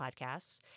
podcasts